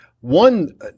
One